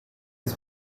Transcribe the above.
his